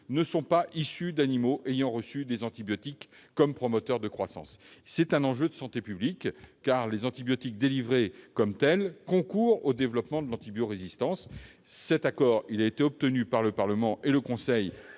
ne soient pas issues d'animaux ayant reçu des antibiotiques comme promoteurs de croissance. C'est un enjeu de santé publique, car les antibiotiques délivrés comme tels concourent au développement de l'antibiorésistance. Cet accord a été obtenu par le Parlement et par le Conseil